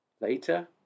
Later